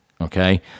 Okay